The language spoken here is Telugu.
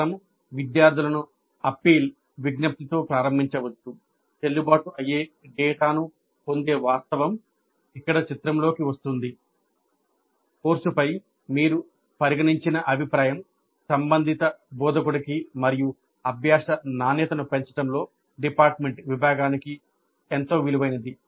ఫారం విద్యార్థులను విజ్ఞప్తితో ఎంతో విలువైనది